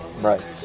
Right